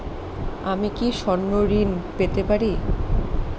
আমি কি স্বর্ণ ঋণ পেতে পারি?